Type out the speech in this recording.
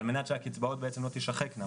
על מנת שהקצבאות לא תישחקנה.